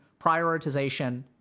prioritization